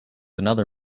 another